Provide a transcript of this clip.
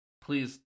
please